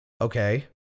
okay